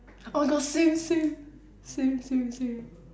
oh my god same same same same same